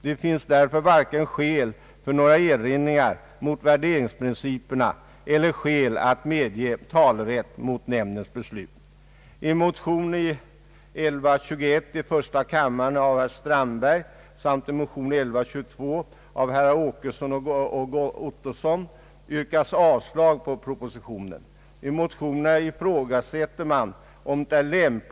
Det finns därför varken skäl för några erinringar mot värderingsprinciperna eller skäl att medge talerätt mot nämndens beslut.